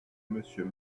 monsieur